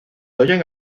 oyen